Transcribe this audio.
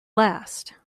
last